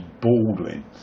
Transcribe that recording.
Baldwin